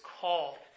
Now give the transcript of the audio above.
call